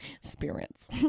Spirits